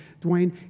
Dwayne